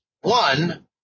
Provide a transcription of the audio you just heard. one